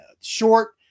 short